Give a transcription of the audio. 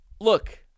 Look